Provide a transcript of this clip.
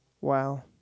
Wow